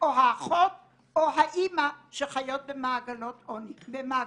או האחות או האימא שחיות במעגלי עוני.